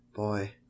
boy